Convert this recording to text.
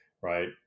right